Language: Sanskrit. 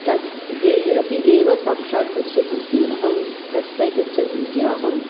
तस्यै अपि एव साक्षात् गच्छतीति अहं तस्मै गच्छतीति अहम्